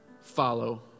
follow